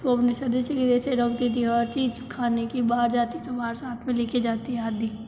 उसको अपने सदस्य के जैसे रखती थी हर चीज़ खाने कि बाहर जाती बाहर साथ में ले के जाती आदि